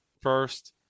first